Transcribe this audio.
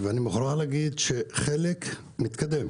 אני מוכרח להגיד שחלק מתקדם.